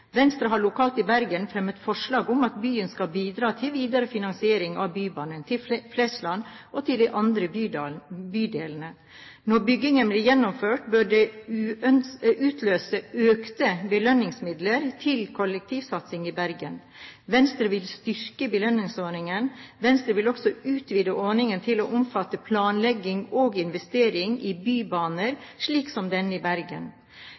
Venstre har lokalt i Bergen fremmet forslag om at byen skal bidra til den videre finansieringen av Bybanen til Flesland og til de andre bydelene. Når byggingen blir gjennomført, bør det utløse økte belønningsmidler til kollektivsatsingen i Bergen. Venstre vil styrke belønningsordningen. Venstre vil også utvide ordningen til å omfatte planlegging og investering i bybaner, slik som denne i Bergen.